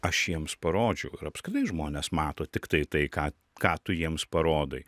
aš jiems parodžiau ir apskritai žmonės mato tiktai tai ką ką tu jiems parodai